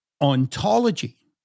ontology